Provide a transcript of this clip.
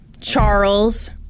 Charles